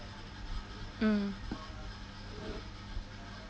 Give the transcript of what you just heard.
mm